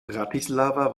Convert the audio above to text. bratislava